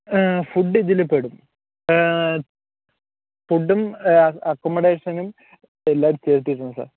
food ഇതിൽ പെടും ഫുഡും അക്കോമൊഡേഷനും എല്ലാം ചെയ്ത് തരും സർ